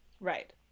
Right